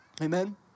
Amen